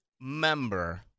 member